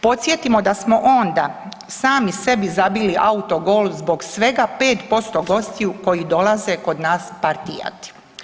Podsjetimo da smo onda sami sebi zabili autogol zbog svega 5% gostiju koji dolaze kod nas partijati.